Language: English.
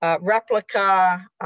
replica